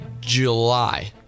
July